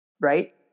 right